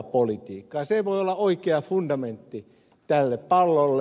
se ei voi olla oikea fundamentti tälle pallolle